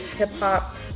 hip-hop